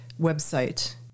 website